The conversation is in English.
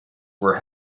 were